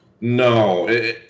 No